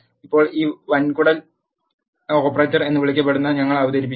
ഇപ്പോൾ ഒരു വൻകുടൽ ഓപ്പറേറ്റർ എന്ന് വിളിക്കപ്പെടുന്നവ ഞങ്ങൾ അവതരിപ്പിക്കും